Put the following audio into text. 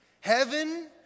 Heaven